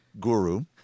guru